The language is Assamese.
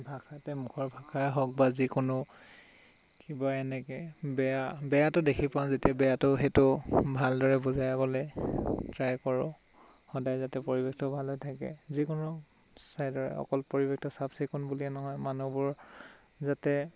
ভাষাতে মুখৰ ভাষায়ে হওক বা যিকোনো কিবা এনেকৈ বেয়া বেয়াটো দেখি পাওঁ যেতিয়া বেয়াটো সেইটো ভালদৰে বুজাবলৈ ট্ৰাই কৰো সদাই যাতে পৰিৱেশটো ভালে থাকে যিকোনো ছাইদৰে অকল পৰিৱেশটো চাফ চিকুণ বুলিয়ে নহয় মানুহবোৰ যাতে